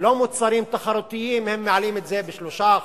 לא מוצרים תחרותיים, הם מעלים את זה ב-3%.